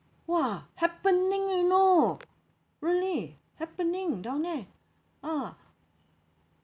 !wah! happening you know really happening down there ah